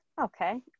Okay